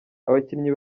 abakinnyi